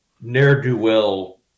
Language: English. ne'er-do-well